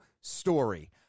story